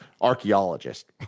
archaeologist